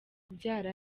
kubyara